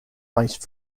ice